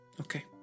Okay